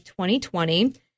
2020